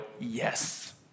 yes